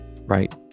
right